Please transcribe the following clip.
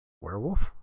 Werewolf